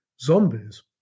zombies